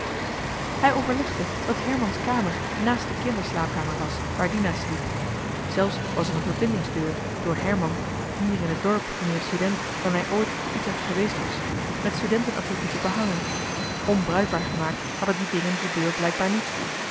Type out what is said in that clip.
hij overlegde dat herman's kamer naast de kinder slaapkamer was waar dina sliep zelfs was er een verbindingsdeur door herman hier in het dorp meer student dan hij ooit te utrecht geweest was met studenten attributen behangen onbruikbaar gemaakt hadden die dingen de deur blijkbaar niet